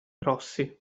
rossi